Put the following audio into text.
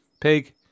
Pig